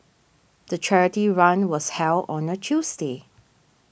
the charity run was held on a Tuesday